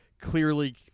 clearly